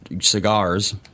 cigars